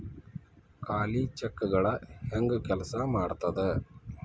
ಖಾಲಿ ಚೆಕ್ಗಳ ಹೆಂಗ ಕೆಲ್ಸಾ ಮಾಡತದ?